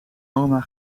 oma